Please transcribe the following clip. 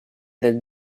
del